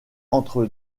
entre